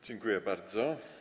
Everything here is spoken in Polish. Dziękuję bardzo.